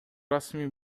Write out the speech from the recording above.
расмий